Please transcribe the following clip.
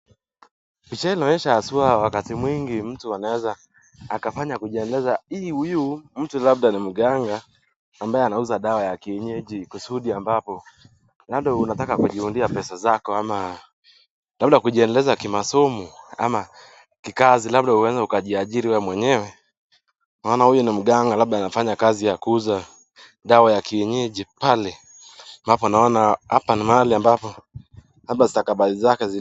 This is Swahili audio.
Michelle unaonyesha haswa wakati mwingi mtu anaweza akafanya kujiendeleza. Hii huyu mtu labda ni mganga ambaye anauza dawa ya kienyeji kusudi ambapo labda unataka kujiundia pesa zako ama labda kujiendeleza kimasomo ama kikazi labda unaweza ukajiajiri wewe mwenyewe. Unaona huyu ni mganga labda anafanya kazi ya kuuza dawa ya kienyeji pale. Napo naona hapa ni mahali ambapo labda zitakabali zake.